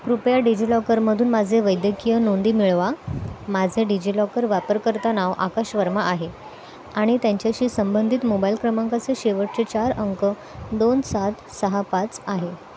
कृपया डिजि लॉकरमधून माझे वैद्यकीय नोंदी मिळवा माझे डिजि लॉकर वापरकर्ता नाव आकाश वर्मा आहे आणि त्यांच्याशी संबंधित मोबाईल क्रमांकाचे शेवटचे चार अंक दोन सात सहा पाच आहे